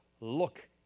look